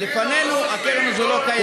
שלפנינו הקרן הזו לא קיימת.